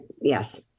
Yes